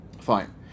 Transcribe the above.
Fine